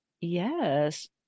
Yes